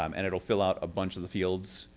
um and it'll fill out a bunch of the fields,